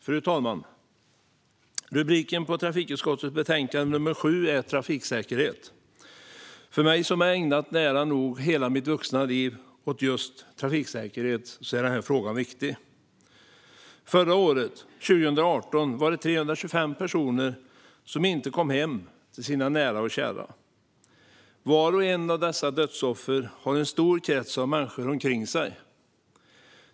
Fru talman! Rubriken på trafikutskottets betänkande nr 7 är "Trafiksäkerhet". För mig som har ägnat nära nog hela mitt vuxna liv åt just trafiksäkerhet är frågan viktig. Förra året, 2018, var det 325 personer som inte kom hem till sina nära och kära. Vart och ett av dessa dödsoffer har en stor krets av människor omkring sig.